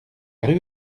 rue